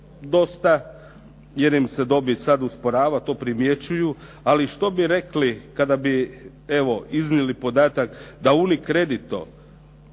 dosta jer im se dobit sad usporava, to primjećuju. Ali što bi rekli kada bi evo iznijeli podatak da UniCredito,